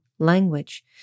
language